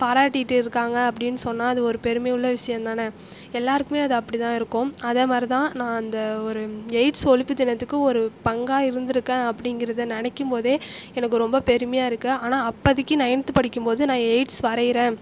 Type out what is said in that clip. பாராட்டிக்கிட்டு இருக்காங்க அப்படின்னு சொன்னால் அது ஒரு பெருமை உள்ள விஷயம் தானே எல்லாருக்குமே அது அப்படிதான் இருக்கும் அதேமாதிரிதான் நான் அந்த ஒரு எய்ட்ஸ் ஒழிப்பு தினத்துக்கு ஒரு பங்காக இருந்துருக்கேன் அப்படிங்கறதை நினைக்கும் போதே எனக்கு ரொம்ப பெருமையாக இருக்கு ஆனால் அப்போதிக்கு நைன்த் படிக்கும் போது நான் எய்ட்ஸ் வரையறேன்